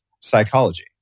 psychology